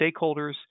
stakeholders